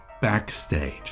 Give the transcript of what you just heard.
backstage